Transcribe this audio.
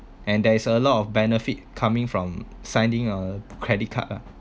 and there is a lot of benefit coming from signing a credit card lah